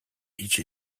each